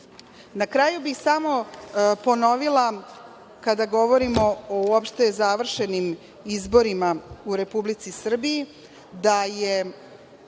kraju bih samo ponovila, kada govorimo uopšte o završenim izborima u Republici Srbiji, da je